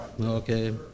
Okay